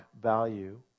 value